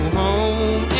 home